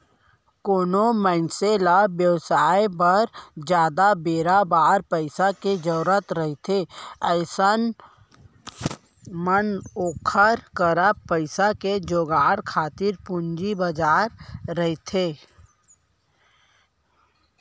कोनो मनसे ल बेवसाय बर जादा बेरा बर पइसा के जरुरत रहिथे अइसन म ओखर करा पइसा के जुगाड़ खातिर पूंजी बजार रहिथे